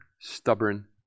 stubborn